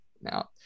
Now